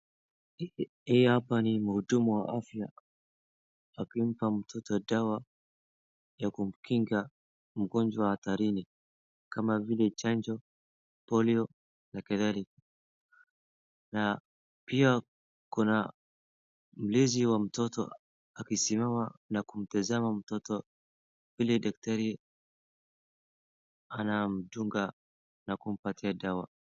Hii apa ni muhudumu wa afya akimpa mtoto dawa ya kumkinga mtoto hatarini kama vile chanjo, polio na kadhalika. Pia kuna mlezi wa mtoto akisimama na kumtizama mtoto vile dakitari anamdunga na kumpatia dawa.